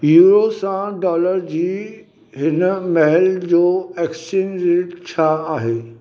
euro सां dollar जी हिनमहिल जो एक्सचेंज रेट छा आहे